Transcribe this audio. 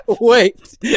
Wait